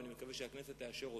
ואני מקווה שהכנסת תאשר אותו,